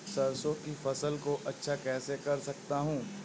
सरसो की फसल को अच्छा कैसे कर सकता हूँ?